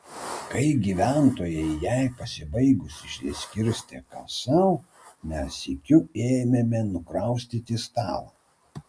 kai gyventojai jai pasibaigus išsiskirstė kas sau mes sykiu ėmėme nukraustyti stalą